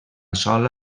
sola